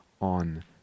on